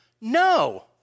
No